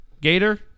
Gator